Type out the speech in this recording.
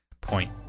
point